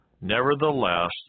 Nevertheless